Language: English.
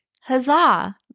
Huzzah